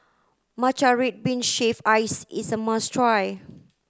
Matcha red bean shave ice is a must try